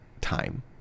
time